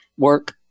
Work